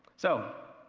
so,